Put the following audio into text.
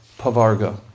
pavarga